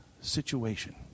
situation